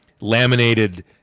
laminated